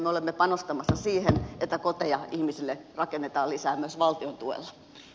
me olemme panostamassa siihen että koteja ihmisille rakennetaan lisää myös valtion tuella